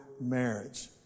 marriage